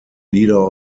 leader